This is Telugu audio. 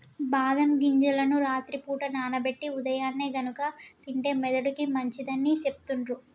బాదం గింజలను రాత్రి పూట నానబెట్టి ఉదయాన్నే గనుక తింటే మెదడుకి మంచిదని సెపుతుండ్రు